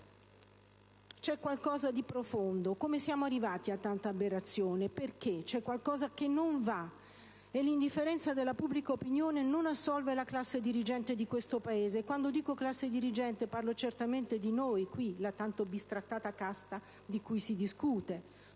C'è qualcosa di profondo: come siamo arrivati a tanta aberrazione e perché? C'è qualcosa che non va, e l'indifferenza della pubblica opinione non assolve la classe dirigente di questo Paese: e, quando dico «classe dirigente», parlo certamente di noi, la tanto bistrattata casta di cui si discute.